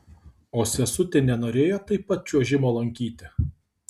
o sesutė nenorėjo taip pat čiuožimo lankyti